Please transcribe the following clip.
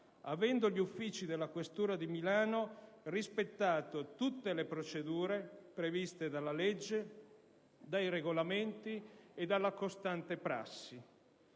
avendo gli uffici della questura di Milano rispettato tutte le procedure previste dalla legge, dai regolamenti e dalla costante prassi.